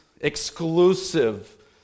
Exclusive